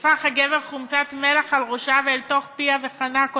שפך הגבר חומצת מלח על ראשה ואל תוך פיה וחנק אותה.